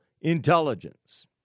intelligence